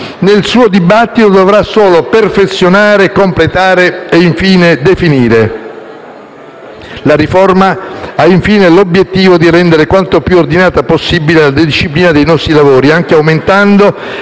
nel suo dibattito dovrà solo perfezionare, completare e infine definire. La riforma ha, infine, l'obiettivo di rendere quanto più ordinata possibile la disciplina dei nostri lavori, anche aumentando